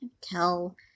tell